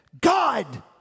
God